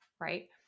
right